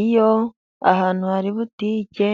Iyo ahantu hari butike,